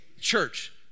church